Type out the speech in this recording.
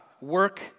work